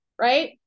right